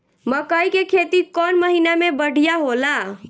मकई के खेती कौन महीना में बढ़िया होला?